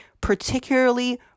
particularly